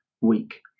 week